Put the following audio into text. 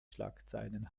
schlagzeilen